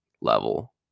level